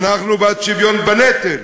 אנחנו בעד שוויון בנטל,